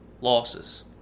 losses